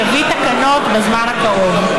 יביא תקנות בזמן הקרוב.